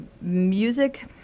music